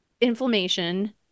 inflammation